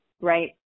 right